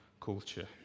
culture